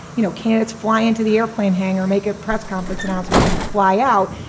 you know, cats fly into the airplane hangar, make a press conference announcement and fly out,